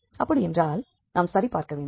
அப்படியென்றால் நாம் சரிபார்க்க வேண்டும்